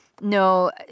No